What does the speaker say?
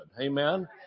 Amen